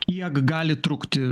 kiek gali trukti